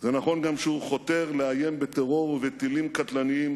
זה נכון גם שהוא חותר לאיים בטרור ובטילים קטלניים